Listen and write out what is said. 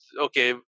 Okay